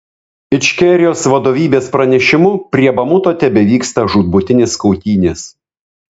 ičkerijos vadovybės pranešimu prie bamuto tebevyksta žūtbūtinės kautynės